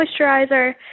moisturizer